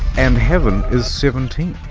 and heaven is seventeen.